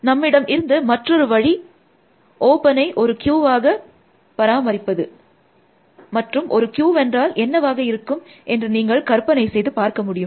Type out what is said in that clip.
நம்மிடம் இருந்த மற்றொரு வழி ஒப்பனை ஒரு கியூவாக பராமரிப்பது மற்றும் ஒரு கியூவென்றால் என்னவாக இருக்கும் என்று நீங்கள் கற்பனை செய்து பார்க்க முடியும்